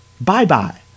Bye-bye